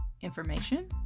information